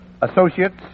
associates